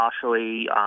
partially